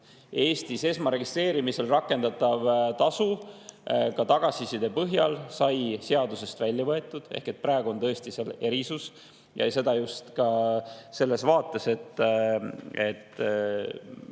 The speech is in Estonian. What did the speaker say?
Eestis esmaregistreerimisel rakendatav tasu sai tagasiside põhjal seadusest välja võetud. Praegu on tõesti selles kohas erisus ja seda just selles vaates,